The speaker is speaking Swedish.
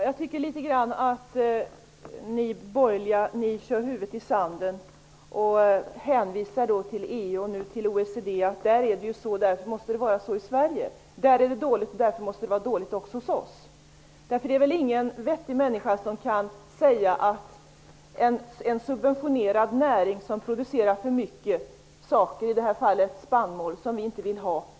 Herr talman! Jag tycker nog att ni borgerliga kör huvudet i sanden. Ni hänvisar till EU och OECD. Där är det på ett visst sätt och därför måste det vara på samma sätt i Sverige. Det är dåligt i EU och OECD-länderna, och därför måste det vara dåligt också hos oss. Men det är väl ingen vettig människa som säger att det är bra med en subventionerad näring som producerar för mycket -- i det här fallet gäller det spannmål som vi inte vill ha.